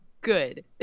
good